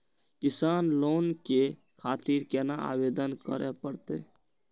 किसान लोन के खातिर केना आवेदन करें परतें?